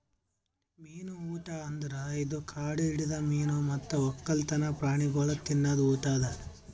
ಮೀನು ಊಟ ಅಂದುರ್ ಇದು ಕಾಡು ಹಿಡಿದ ಮೀನು ಮತ್ತ್ ಒಕ್ಕಲ್ತನ ಪ್ರಾಣಿಗೊಳಿಗ್ ತಿನದ್ ಊಟ ಅದಾ